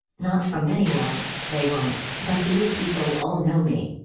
not from anyone, they won't, but these people all know me.